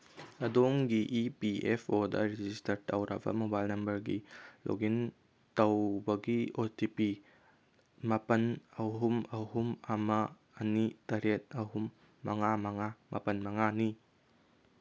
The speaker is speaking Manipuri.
ꯑꯗꯣꯝꯒꯤ ꯏ ꯄꯤ ꯑꯦꯐ ꯑꯣꯗ ꯔꯦꯖꯤꯁꯇꯔ ꯇꯧꯔꯕ ꯃꯣꯕꯥꯏꯜ ꯅꯝꯕꯔꯒꯤ ꯂꯣꯛꯏꯟ ꯇꯧꯕꯒꯤ ꯑꯣ ꯇꯤ ꯄꯤ ꯃꯥꯄꯟ ꯑꯍꯨꯝ ꯑꯍꯨꯝ ꯑꯃ ꯑꯅꯤ ꯇꯔꯦꯠ ꯑꯍꯨꯝ ꯃꯉꯥ ꯃꯉꯥ ꯃꯥꯄꯟ ꯃꯉꯥꯅꯤ